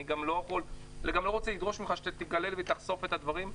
אני גם לא רוצה לדרוש ממך שתגלה ותחשוף את הדברים,